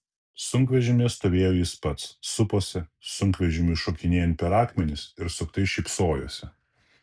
sunkvežimyje stovėjo jis pats suposi sunkvežimiui šokinėjant per akmenis ir suktai šypsojosi